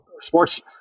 sports